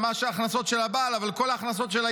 על ההכנסות של הבעל,